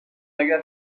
اگر